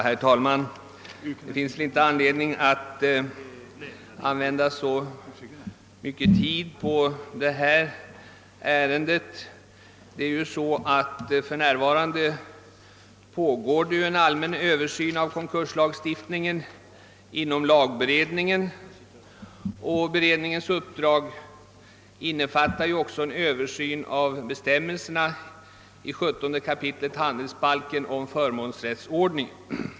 Herr talman! Det finns ingen anledning att använda lång tid för att diskutera den här frågan. För närvarande pågår ju inom lagberedningen en allmän översyn av konkurslagstiftningen. Beredningens uppdrag innebär också att göra en översyn av bestämmelserna i 17 kap. handelsbalken om förmånsrättsordningen.